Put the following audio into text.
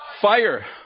fire